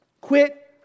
quit